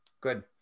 Good